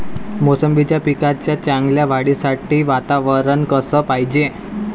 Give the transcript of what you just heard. मोसंबीच्या पिकाच्या चांगल्या वाढीसाठी वातावरन कस पायजे?